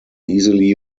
easily